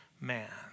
man